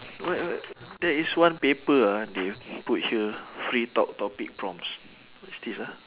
there is one paper ah they put here free talk topic prompts what is this ah